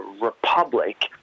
republic